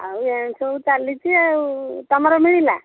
ଆଉ ଏମିତି ସବୁ ଚାଲିଛି ଆଉ ତମର ମିଳିଲା